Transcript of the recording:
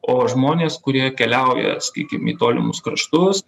o žmonės kurie keliauja sakykim į tolimus kraštus